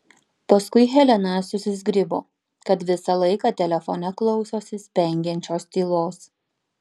paskui helena susizgribo kad visą laiką telefone klausosi spengiančios tylos